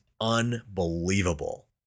unbelievable